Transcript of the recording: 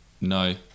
no